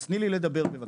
אז תני לי לדבר בבקשה,